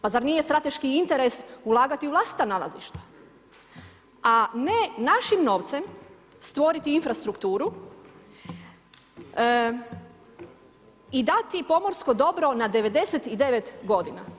Pa zar nije strateški interes ulagati u vlastita nalazišta, a ne našim novcem stvoriti infrastrukturu i dati pomorsko dobro na 99 godina.